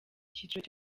cyiciro